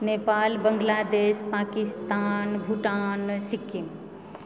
Nepal Bangladesh Pakistan Bhutan Sikkim